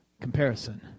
Comparison